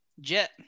Jet